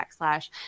backslash